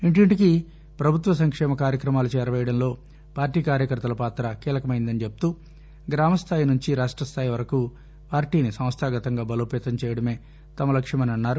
ఇంటింటికీ ప్రభుత్వ సంక్షేమ కార్యక్రమాలను చేరవేయడంలో పార్టీ కార్యకర్తల పాత కీలకమైనదని చెబుతూ గ్రామస్థాయి నుంచి రాష్టస్థాయి వరకు పార్టీని సంస్థాగతంగా బలోపేతం చేయటమే తమ లక్ష్యమని అన్నారు